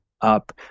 up